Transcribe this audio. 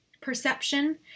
perception